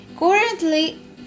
Currently